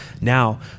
Now